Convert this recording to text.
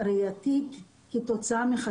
יש אפשרות לייצר יכולת כזאת במדינה ישראל?